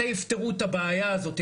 מתי יפתרו את הבעיה הזאת.